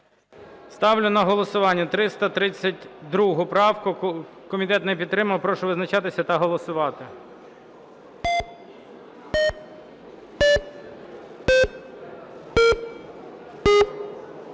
Ставлю на голосування 332 правку. Комітет не підтримав. Прошу визначатися та голосувати.